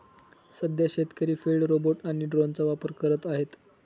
सध्या शेतकरी field robot आणि ड्रोनचा वापर करत आहेत